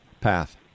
Path